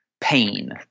pain